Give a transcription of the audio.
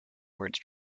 words